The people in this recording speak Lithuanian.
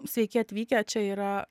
sveiki atvykę čia yra